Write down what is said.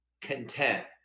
content